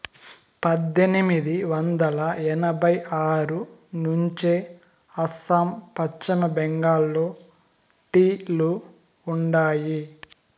పద్దెనిమిది వందల ఎనభై ఆరు నుంచే అస్సాం, పశ్చిమ బెంగాల్లో టీ లు ఉండాయి